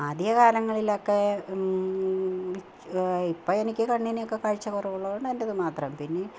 ആദ്യകാലങ്ങളിലൊക്കെ ഇപ്പോൾ എനിക്ക് കണ്ണിനൊക്കെ കാഴ്ച കുറവുള്ളത് കൊണ്ട് എന്റേതു മാത്രം പിന്നെ